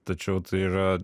tačiau tai yra